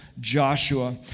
Joshua